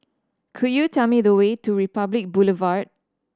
could you tell me the way to Republic Boulevard